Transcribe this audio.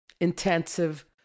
intensive